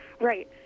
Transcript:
Right